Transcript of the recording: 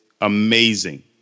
amazing